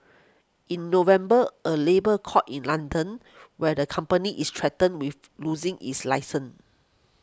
in November a labour court in London where the company is threatened with losing its license